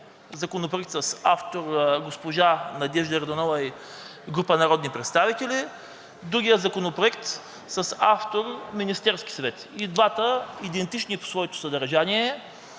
законопроект е с автор госпожа Надежда Йорданова и група народни представители, другият законопроект с автор Министерския съвет – и двата идентични по своето съдържание,